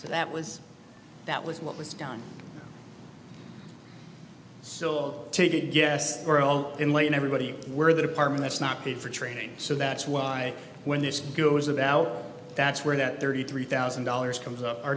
that was that was what was done so yes we're all in way and everybody we're the department that's not paid for training so that's why when this goes about that's where that thirty three thousand dollars comes up our